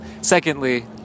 Secondly